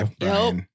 Nope